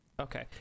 Okay